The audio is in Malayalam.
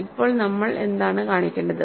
ഇപ്പോൾ നമ്മൾ എന്താണ് കാണിക്കേണ്ടത്